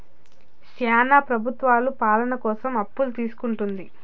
శ్యానా ప్రభుత్వాలు పాలన కోసం అప్పులను తీసుకుంటుంది